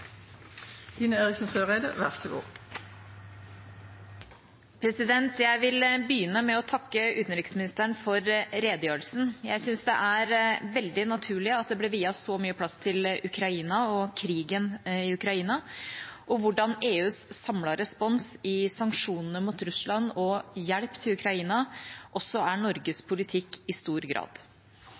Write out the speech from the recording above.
veldig naturlig at det ble viet så mye plass til Ukraina og krigen i Ukraina og hvordan EUs samlede respons i sanksjonene mot Russland og hjelp til Ukraina også er Norges politikk i stor grad.